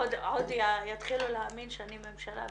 עוד יתחילו להאמין שאני ממשלה באמת,